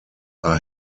are